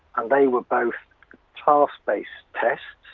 and they were both task-based tests.